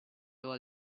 all